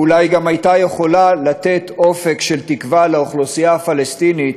ואולי גם היו יכולות לתת אופק של תקווה לאוכלוסייה הפלסטינית